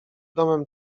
domem